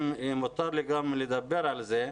אם מותר לי לדבר על זה,